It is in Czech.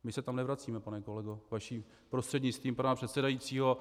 My se tam nevracíme, pane kolego prostřednictvím pana předsedajícího.